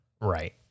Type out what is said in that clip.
right